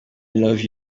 love